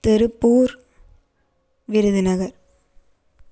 Tiruppur Virudhunagar